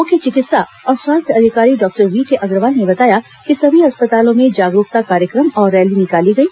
मुख्य चिकित्सा और स्वास्थ्य अधिकारी डॉक्टर वीके अग्रवाल ने बताया कि सभी अस्पतालों में जागरूकता कार्यक्रम और रैली निकाली गई